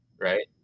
right